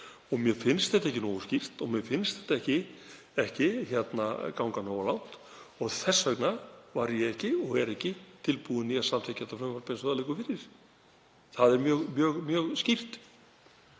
Mér finnst þetta ekki nógu skýrt og mér finnst þetta ekki ganga nógu langt og þess vegna var ég ekki og er ekki tilbúinn í að samþykkja þetta frumvarp eins og það liggur fyrir. Það er mjög skýrt.